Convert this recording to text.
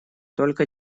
только